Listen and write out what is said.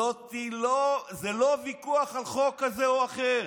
זה לא ויכוח על חוק כזה או אחר.